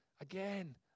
again